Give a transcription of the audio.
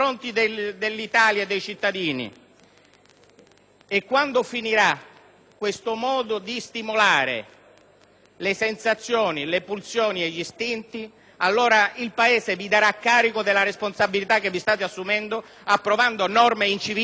le sensazioni, le pulsioni e gli istinti, allora il Paese vi darà carico della responsabilità che vi state assumendo approvando norme incivili come questa.